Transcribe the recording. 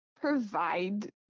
provide